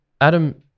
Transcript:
Adam